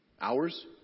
Hours